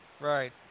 Right